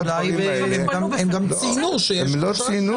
הם ציינו שיש חשש.